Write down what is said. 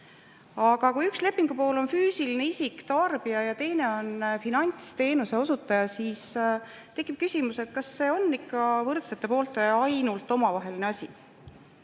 Aga kui üks lepingupool on füüsiline isik, tarbija ja teine on finantsteenuse osutaja, siis tekib küsimus, kas see on ikka ainult võrdsete poolte omavaheline asi.